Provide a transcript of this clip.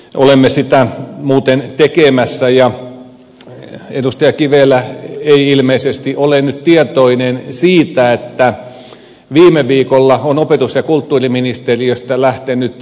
olemme sitä muuten tekemässä ja edustaja kivelä ei ilmeisesti ole nyt tietoinen siitä että viime viikolla on opetus ja kulttuuriministeriöstä lähtenyt kirje kunnille